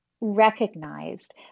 recognized